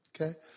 Okay